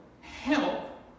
help